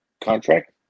contract